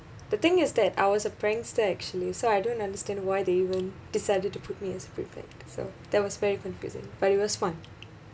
the thing is that I was a prankster actually so I don't understand why the they even decided to put me as prefect so that was very confusing but it was fun